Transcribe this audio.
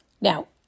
Now